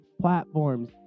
platforms